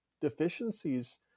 deficiencies